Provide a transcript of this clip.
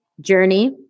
Journey